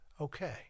okay